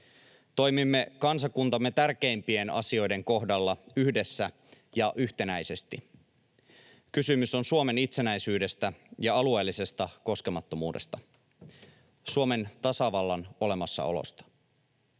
Toimimme kansakuntamme tärkeimpien asioiden kohdalla yhdessä ja yhtenäisesti. Kysymys on Suomen itsenäisyydestä ja alueellisesta koskemattomuudesta, Suomen tasavallan olemassaolosta.